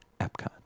Epcot